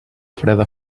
freda